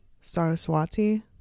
saraswati